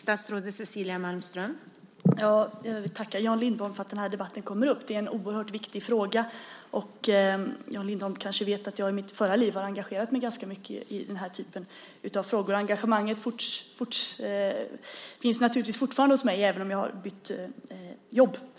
Fru talman! Jag vill tacka Jan Lindholm för att den här debatten kommer upp. Det är en oerhört viktig fråga. Jan Lindholm kanske vet att jag i mitt förra liv har engagerat mig ganska mycket i den här typen av frågor. Engagemanget finns naturligtvis fortfarande hos mig, även om jag har bytt jobb.